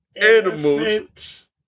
animals